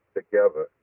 together